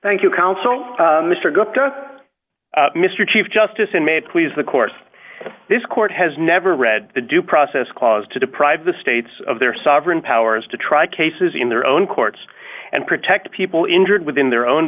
thank you council mr gupta mr chief justice inmate please the course this court has never read the due process clause to deprive the states of their sovereign powers to try cases in their own courts and protect people injured within their own